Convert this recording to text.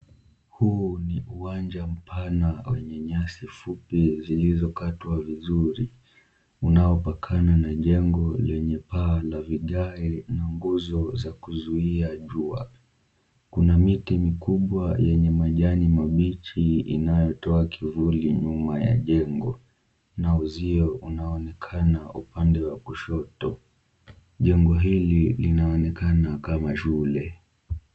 Huu ni uwanja mpana wenye nyasi fupi zilizokatwa vizuri, unaopakana na jengo lenye paa la vigae na nguzo za kuzuia jua. Kuna miti mikubwa yenye majani mabichi inayotoa kivuli nyuma ya jengo, na uzio unaonekana upande wa kushoto. Jengo hili linaonekana kama shule.